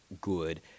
good